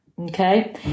Okay